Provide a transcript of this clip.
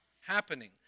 happening